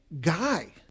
guy